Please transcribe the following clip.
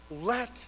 let